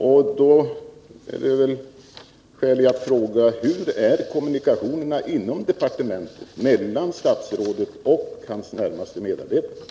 Då finns det väl skäl att fråga: Hur är kommunikationerna inom departementet, mellan statsrådet och hans närmaste medarbetare?